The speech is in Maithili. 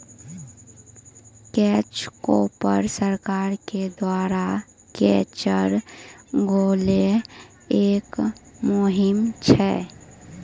कैच कॉर्प सरकार के द्वारा चलैलो गेलो एक मुहिम छै